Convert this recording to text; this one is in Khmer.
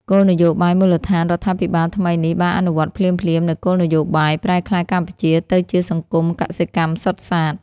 គោលនយោបាយមូលដ្ឋានរដ្ឋាភិបាលថ្មីនេះបានអនុវត្តភ្លាមៗនូវគោលនយោបាយ ប្រែក្លាយកម្ពុជាទៅជាសង្គមកសិកម្មសុទ្ធសាធ។